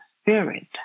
spirit